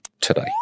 today